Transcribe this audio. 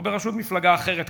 או בראשות מפלגה אחרת,